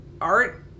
art